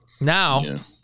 Now